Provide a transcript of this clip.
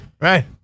right